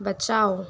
बचाओ